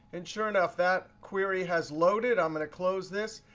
and sure enough, that query has loaded. i'm going to close this,